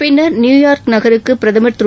பின்னா் நியுயாா்க் நகருக்கு பிரதமா் திரு